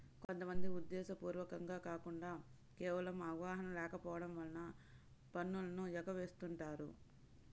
కొంత మంది ఉద్దేశ్యపూర్వకంగా కాకుండా కేవలం అవగాహన లేకపోవడం వలన పన్నులను ఎగవేస్తుంటారు